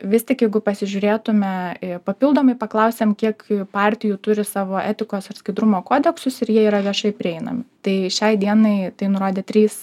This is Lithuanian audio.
vis tik jeigu pasižiūrėtume papildomai paklausėm kiek partijų turi savo etikos ir skaidrumo kodeksus ir jie yra viešai prieinami tai šiai dienai tai nurodė trys